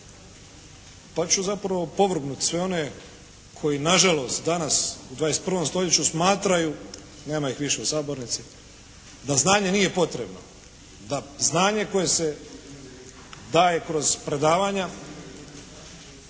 pa ću zapravo povrgnut sve one koji na žalost danas u 21. stoljeću smatraju, nema ih više u sabornici, da znanje nije potrebno. Da znanje koje se daje kroz predavanja,